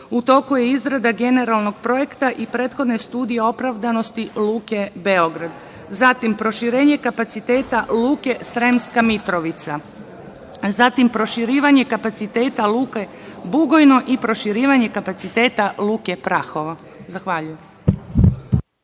U toku je izrada generalnog projekta i prethodne studije opravdanosti luke Beograd. Zatim, proširenje kapaciteta luke Sremska Mitrovica, zatim, proširivanje kapaciteta luka Bugojno i proširivanje kapaciteta luke Prahovo. Zahvaljujem.